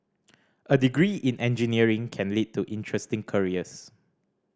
a degree in engineering can lead to interesting careers